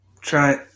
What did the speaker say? try